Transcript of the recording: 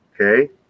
Okay